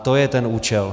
To je ten účel.